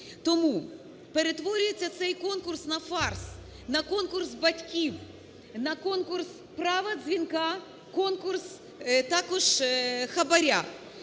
Тому перетворюється цей конкурс на фарс, на конкурс батьків, на конкурс права дзвінка, конкурс також хабара.